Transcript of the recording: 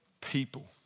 people